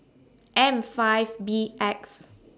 M five B X